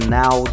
now